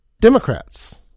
Democrats